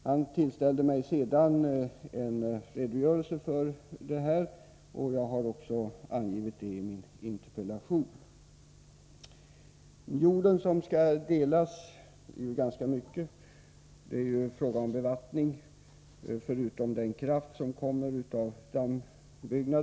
Han tillställde mig sedan en redogörelse för det här, vilket jag har angivit i min interpellation. Det är fråga om ganska mycket jord som skall delas — det är också fråga om dammbyggen med kraftverk och bevattningssystem.